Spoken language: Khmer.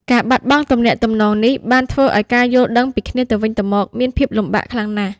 ការបាត់បង់ទំនាក់ទំនងនេះបានធ្វើឲ្យការយល់ដឹងពីគ្នាទៅវិញទៅមកមានភាពលំបាកខ្លាំងណាស់។